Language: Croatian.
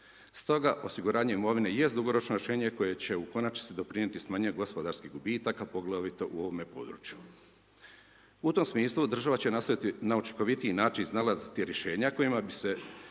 Stoga osiguranje imovine, jest dugoročno rješenje, koje će u konačnici doprinijeti smanjenje gospodarskih gubitaka, poglavito u ovome području. U tom smislu, država će nastojati na učinkovitiji način iznalaziti rješenja, kojima bi se